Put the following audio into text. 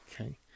Okay